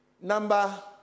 Number